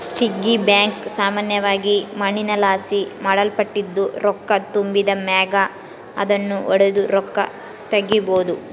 piggy bank ಸಾಮಾನ್ಯವಾಗಿ ಮಣ್ಣಿನಲಾಸಿ ಮಾಡಲ್ಪಟ್ಟಿದ್ದು, ರೊಕ್ಕ ತುಂಬಿದ್ ಮ್ಯಾಗ ಅದುನ್ನು ಒಡುದು ರೊಕ್ಕ ತಗೀಬೋದು